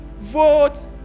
Vote